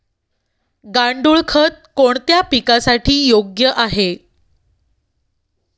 गांडूळ खत कोणत्या पिकासाठी योग्य आहे?